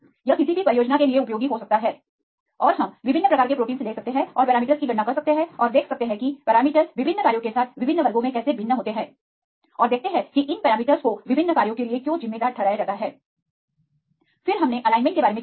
यह किसी भी परियोजना के लिए उपयोगी हो सकता है और हम विभिन्न प्रकार के प्रोटीन ले सकते हैं और पैरामीटर्स की गणना कर सकते हैं और देख सकते हैं कि पैरामीटर विभिन्न कार्यों के साथ विभिन्न वर्गों में कैसे भिन्न होते हैं और देखते हैं कि इन पैरामीटरस को विभिन्न कार्यों के लिए क्यों जिम्मेदार ठहराया जाता है फिर हमने अलाइनमेंटalignment के बारे में चर्चा की